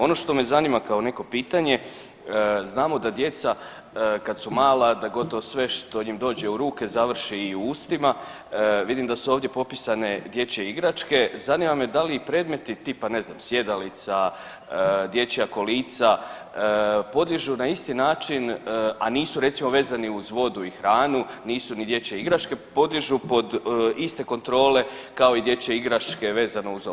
Ono što me zanima kao neko pitanje, znamo da djeca kad su mala da gotovo sve što im dođe u ruke završi i u ustima, vidim da su ovdje popisane dječje igračke, zanima me da li i predmeti tipa ne znam sjedalica, dječja kolica, podliježu na isti način, a nisu recimo vezani uz vodu i hranu, nisu ni dječje igračke, podliježu pod iste kontrole kao i dječje igračke vezano uz ovaj zakon.